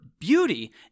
beauty